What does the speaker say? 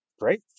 great